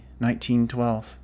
1912